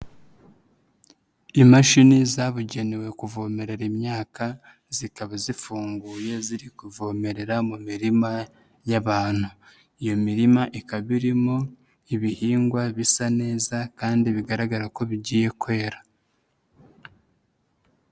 Imashini zabugenewe kuvomerera imyaka zikaba zifunguye ziri kuvomerera mu mirima y'abantu iyo mirima ikaba irimo ibihingwa bisa neza kandi bigaragara ko bigiye kwera.